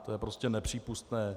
To je prostě nepřípustné.